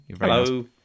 Hello